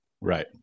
Right